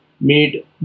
made